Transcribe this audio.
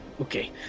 Okay